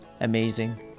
amazing